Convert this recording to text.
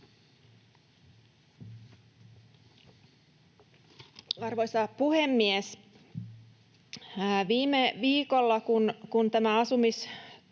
Arvoisa puhemies! Viime viikolla, kun tämä